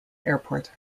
airport